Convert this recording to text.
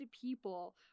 people